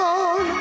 on